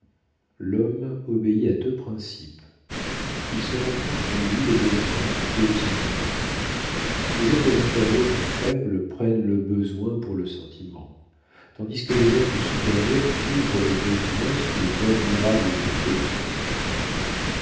l'homme obéit à deux principes il se rencontre en lui le besoin et le sentiment les êtres inférieurs ou faibles prennent le besoin pour le sentiment tandis que les êtres supérieurs couvrent le besoin sous les admirables effets du sentiment